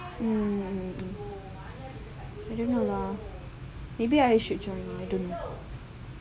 mmhmm I don't know lah maybe I should join